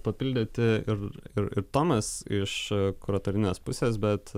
papildyti ir ir tomas iš kuratorinės pusės bet